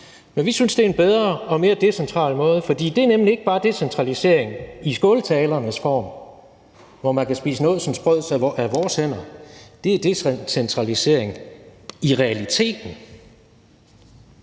Men vi synes, at det er en bedre og mere decentral måde, for det er nemlig ikke bare decentralisering i skåltalernes form, hvor man kan spise nådsensbrød af vores hænder, men det er decentralisering i realiteten.